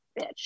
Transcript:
bitch